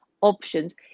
options